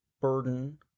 burden